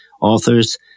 authors